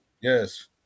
Yes